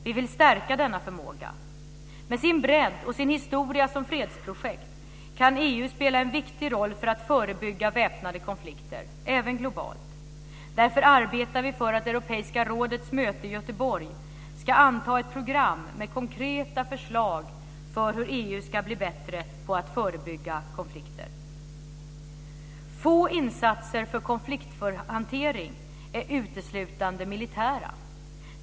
Vi vill stärka denna förmåga. Med sin bredd och sin historia som fredsprojekt kan EU spela en viktig roll för att förebygga väpnade konflikter, även globalt. Därför arbetar vi för att Europeiska rådets möte i Göteborg ska anta ett program med konkreta förslag för hur EU ska bli bättre på att förebygga konflikter. Få konflikthanteringsinsatser är uteslutande militära.